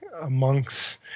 amongst